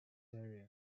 area